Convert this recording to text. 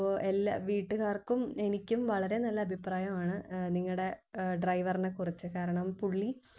അപ്പോൾ എല്ലാ വീട്ടുകാർക്കും എനിക്കും വളരെ നല്ല അഭിപ്രായമാണ് നിങ്ങളുടെ ഡ്രൈവറിനെകുറിച്ച് കാരണം പുള്ളി